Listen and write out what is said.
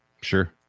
Sure